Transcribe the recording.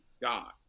God